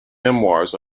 memoirs